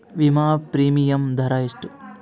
ವಿಮಾ ಪ್ರೀಮಿಯಮ್ ದರಾ ಎಷ್ಟು?